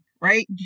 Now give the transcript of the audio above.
right